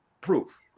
proof